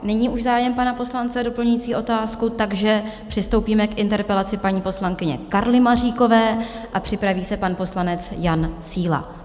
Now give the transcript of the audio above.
Není už zájem pana poslance o doplňující otázku, takže přistoupíme k interpelaci paní poslankyně Karly Maříkové a připraví se pan poslanec Jan Síla.